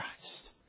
Christ